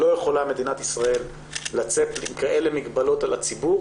לא יכולה מדינת ישראל לצאת עם כאלו מגבלות על הציבור